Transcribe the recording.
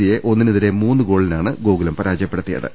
സിയെ ഒന്നി നെതിരെ മൂന്ന് ഗോളുകൾക്കാണ് ഗോകുലം പരാജയപ്പെടുത്തിയത്